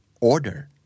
order